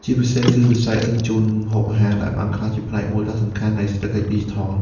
ជាពិសេសគឺវិស័យដឹកជញ្ជូនម្ហូបអាហារ ដែលបានក្លាយជាផ្នែកមួយដ៏សំខាន់នៃសេដ្ឋកិច្ចឌីជីថល។